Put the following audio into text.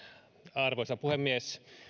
arvoisa puhemies